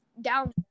down